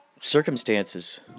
circumstances